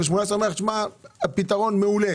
אז צריך לבדוק למה.